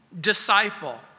disciple